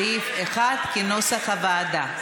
סעיף 1, כנוסח הוועדה.